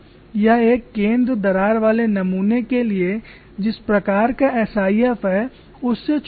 यह एक केंद्र दरार वाले नमूने के लिए जिस प्रकार का SIF है उस से छोटा है